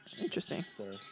Interesting